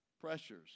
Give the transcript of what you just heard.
pressures